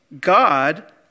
God